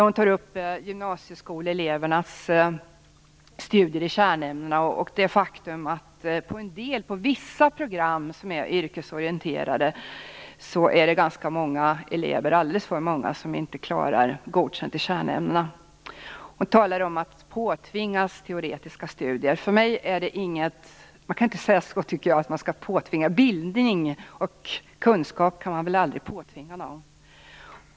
Hon talade om gymnasieskoleelevernas studier i kärnämnena och sade att det inom vissa yrkesorienterade program finns alldeles för många elever som inte klarar betyget Godkänd i kärnämnena. Margareta E Nordenvall talar om att man påtvingas teoretiska studier. Jag tycker inte att man kan säga så. Bildning och kunskap kan väl aldrig påtvingas någon.